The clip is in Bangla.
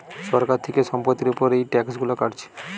সরকার থিকে সম্পত্তির উপর এই ট্যাক্স গুলো কাটছে